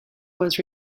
was